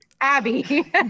abby